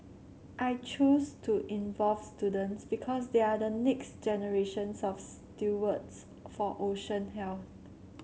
I choose to involve students because they are the next generations of stewards for ocean health